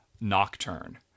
Nocturne